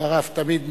שדבריו תמיד נוקבים,